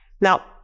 now